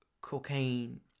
cocaine